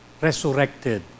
resurrected